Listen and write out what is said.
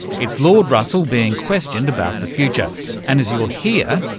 it's lord russell being questioned about the future and, as you'll hear,